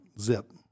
zip